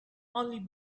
only